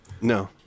no